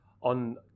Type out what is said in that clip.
on